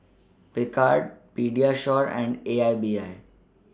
Picard Pediasure and A I B I